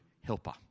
helper